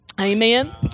Amen